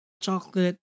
chocolate